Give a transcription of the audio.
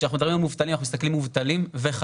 כשאנחנו מדברים על מובטלים אנחנו מסתכלים על מובטלים וחל"ת,